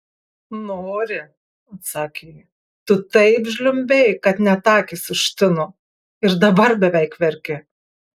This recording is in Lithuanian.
nori atsakė ji tu taip žliumbei kad net akys užtino ir dabar beveik verki